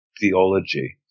theology